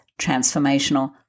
transformational